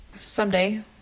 Someday